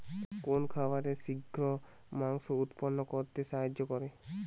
কোন খাবারে শিঘ্র মাংস উৎপন্ন করতে সাহায্য করে?